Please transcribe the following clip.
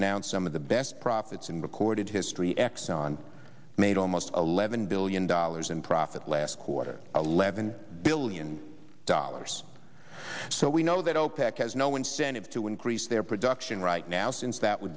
announced some of the best profits in recorded history exxon made almost eleven billion dollars in profit last quarter eleven billion dollars so we know that opec has no incentive to increase their production right now since that w